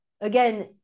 again